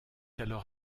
alors